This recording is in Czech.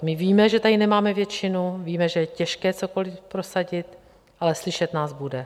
My víme, že tady nemáme většinu, víme, že je těžké cokoliv prosadit, ale slyšet nás bude.